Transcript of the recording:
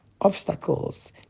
obstacles